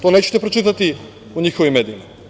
To nećete pročitati u njihovim medijima.